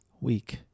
week